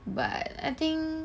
but